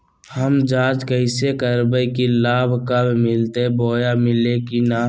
हम जांच कैसे करबे की लाभ कब मिलते बोया मिल्ले की न?